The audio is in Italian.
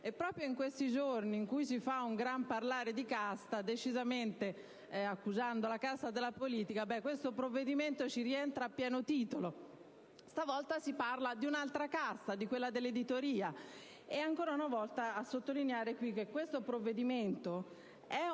Proprio in questi giorni, in cui si fa un gran parlare di casta accusando la casta della politica, questo provvedimento ci rientra a pieno titolo. Stavolta si parla di un'altra casta, quella dell'editoria. Ancora una volta siamo qui a sottolineare che questo è un provvedimento